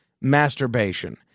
masturbation